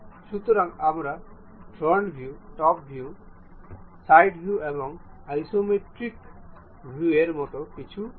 সুতরাং আমরা front view top view side view এবং আইসোমেট্রিক ভিউয়ের মতো কিছু পাব